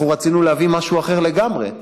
אנחנו רצינו להביא משהו אחר לגמרי.